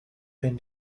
been